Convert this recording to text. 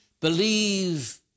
Believe